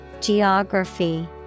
Geography